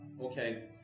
Okay